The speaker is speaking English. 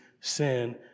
sin